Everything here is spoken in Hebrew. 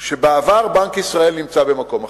שבעבר בנק ישראל נמצא במקום אחר.